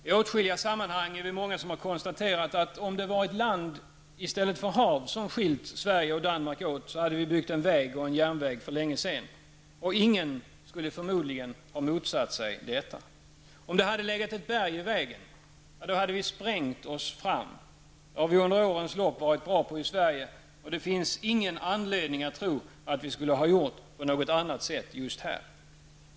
I åtskilliga sammanhang är vi många som har konstaterat att om det hade varit land i stället för hav som skilt Sverige och Danmark åt, så hade vi byggt en väg och en järnväg för länge sedan. Ingen skulle, förmodligen, ha motsatt sig detta. Om det hade legat ett berg i vägen, så hade vi sprängt oss fram. Det har vi under årens lopp varit bra på i Sverige, och det finns ingen anledning att tro att vi hade gjort på något annat sätt just här.